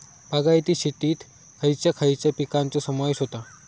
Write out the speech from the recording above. बागायती शेतात खयच्या खयच्या पिकांचो समावेश होता?